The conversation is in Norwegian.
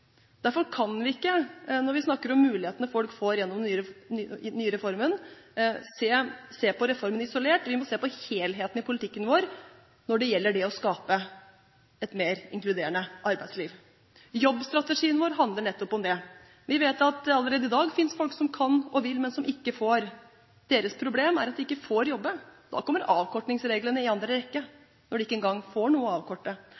Derfor kan vi ikke, når vi snakker om mulighetene folk får gjennom den nye reformen, se på reformen isolert. Vi må se på helheten i politikken vår når det gjelder det å skape et mer inkluderende arbeidsliv. Jobbstrategien vår handler nettopp om det. Vi vet at det allerede i dag finnes folk som kan og vil, men som ikke får. Deres problem er at de ikke får jobbe. Da kommer avkortingsreglene i andre rekke – når de ikke engang får noe å avkorte.